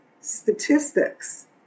statistics